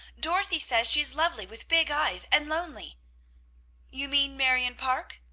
dorothy says she is lovely, with big eyes, and lonely you mean marion parke?